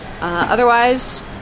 Otherwise